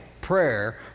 prayer